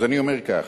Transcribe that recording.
אז אני אומר כך: